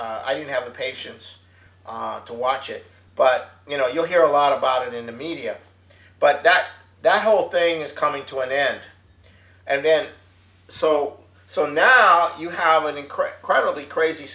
to have the patience to watch it but you know you'll hear a lot about it in the media but that that whole thing is coming to an end and then so so now you have an incorrect primarily crazy